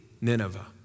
Nineveh